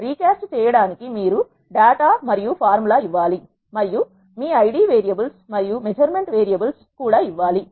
రీ cost చేయడానికి మీరు data మరియు ఫార్ములా ఇవ్వాలి మరియు మీ ఐడి వేరియబుల్స్ మరియు మెజర్మెంట్ వేరియబుల్స్ కూడా ఇవ్వాలి